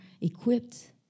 equipped